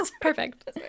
Perfect